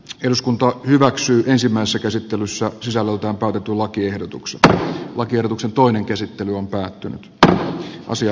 eduskunta hyväksyi ensimmäisen käsittelussa sisältää tarkat lakiehdotuksesta on kierroksen toinen käsittely on päättynyt tää asia